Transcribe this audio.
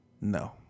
No